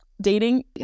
dating